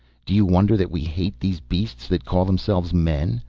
do you wonder that we hate these beasts that call themselves men,